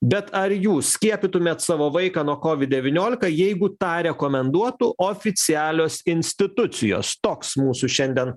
bet ar jūs skiepytumėt savo vaiką nuo kovid devyniolika jeigu tą rekomenduotų oficialios institucijos toks mūsų šiandien